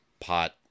pot